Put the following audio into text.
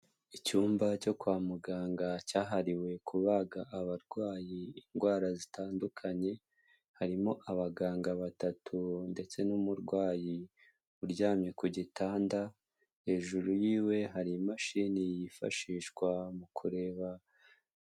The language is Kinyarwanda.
Icyumba cyo kwa muganga cyahariwe kubaga abarwaye indwara zitandukanye, harimo abaganga batatu ndetse n'umurwayi uryamye ku gitanda, hejuru yiwe hari imashini yifashishwa mu kureba.